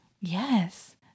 Yes